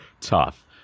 tough